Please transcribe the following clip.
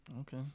Okay